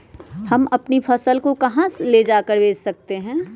हम अपनी फसल को कहां ले जाकर बेच सकते हैं?